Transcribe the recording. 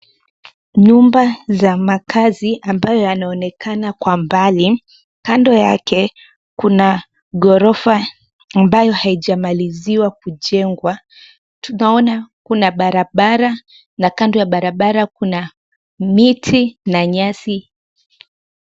Nyumba za makazi ambayo yanaonekana kwa mbali, kando yake, kuna ghorofa, ambayo haijamaliziwa kujengwa, tunaona kuna barabara, na kando ya barabara kuna miti, na nyasi.